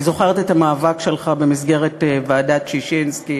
אני זוכרת את המאבק שלך במסגרת ועדת ששינסקי